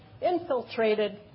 infiltrated